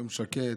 יום שקט.